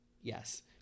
Yes